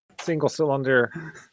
single-cylinder